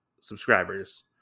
subscribers